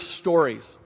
stories